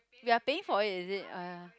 we are paying for it is it !aiya!